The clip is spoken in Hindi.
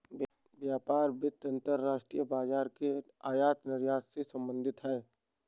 व्यापार वित्त अंतर्राष्ट्रीय बाजार के आयात निर्यात से संबधित है